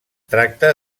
tracta